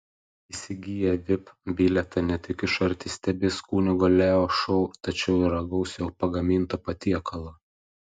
įsigiję vip bilietą ne tik iš arti stebės kunigo leo šou tačiau ir ragaus jo pagaminto patiekalo